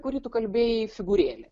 kurį tu kalbėjai figūrėlė